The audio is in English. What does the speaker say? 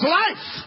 life